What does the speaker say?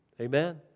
Amen